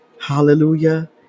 Hallelujah